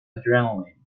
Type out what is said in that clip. adrenaline